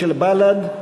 של בל"ד,